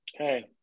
Okay